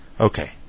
Okay